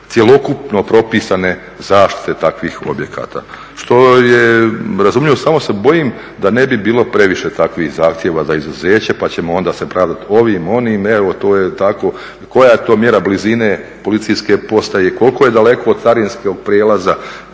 cjelokupno propisane zaštite takvih objekata što je razumljivo. Samo se bojim da ne bi bilo previše takvih zahtjeva za izuzeće, pa ćemo onda se pravit ovim, onim, evo to je tako. Koja je to mjera blizine policijske postaje i koliko je daleko od carinskog prijelaza